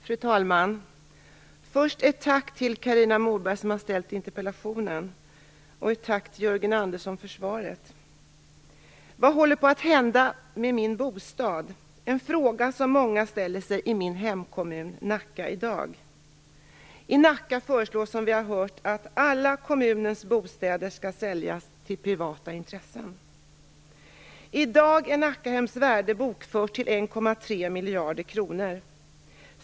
Fru talman! Först vill jag rikta ett tack till Carina Moberg som har ställt interpellationen och ett tack till Vad håller på att hända med min bostad? Det är en fråga som många i min hemkommun Nacka ställer sig i dag. I Nacka föreslås som vi har hört att alla kommunens bostäder skall säljas till privata intressen. I dag är Nackahems värde bokfört till 1,3 miljarder kronor.